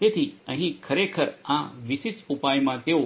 તેથી અહીં ખરેખર આ વિશિષ્ટ ઉપાયમાં તેઓ